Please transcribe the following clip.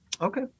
Okay